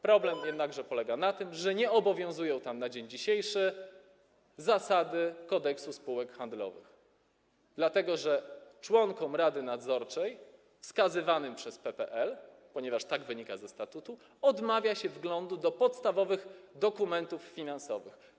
Problem jednakże polega na tym, że nie obowiązują tam zasady Kodeksu spółek handlowych, dlatego że członkom rady nadzorczej wskazywanym przez PPL, ponieważ tak wynika ze statutu, odmawia się wglądu do podstawowych dokumentów finansowych.